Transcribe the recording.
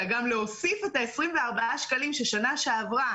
אלא גם להוסיף את 24 השקלים שבשנה שעברה